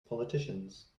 politicians